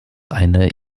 eine